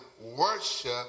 worship